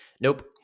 Nope